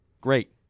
Great